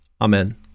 Amen